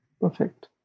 Perfect